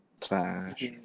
Trash